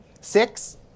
Six